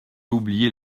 oublié